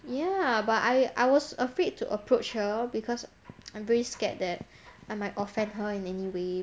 ya but I I was afraid to approach her because I'm very scared that I might offend her in any way